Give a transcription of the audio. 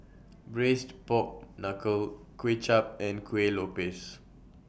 Braised Pork Knuckle Kuay Chap and Kuih Lopes